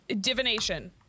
divination